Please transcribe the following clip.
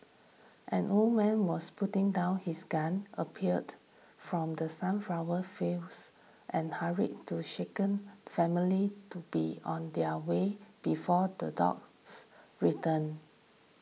an old man was putting down his gun appeared from the sunflower fields and hurried to shaken family to be on their way before the dogs return